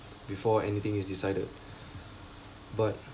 before anything is decided but